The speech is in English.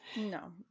No